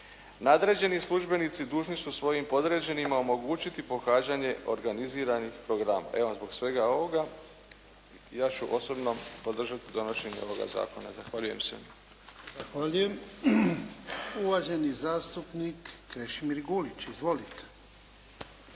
Nadređeni službenici dužni su svojim podređenima omogućiti pohađanje organiziranih programa. Evo zbog svega ovoga ja ću osobno podržati donošenje ovoga zakona. Zahvaljujem se. **Jarnjak, Ivan (HDZ)** Zahvaljujem. Uvaženi zastupnik Krešimir Gulić. Izvolite.